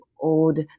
old